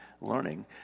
learning